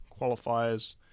qualifiers